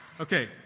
Okay